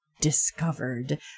discovered